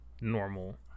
normal